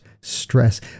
stress